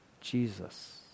Jesus